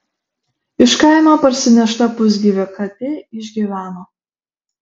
iš kaimo parsinešta pusgyvė katė išgyveno